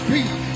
Peace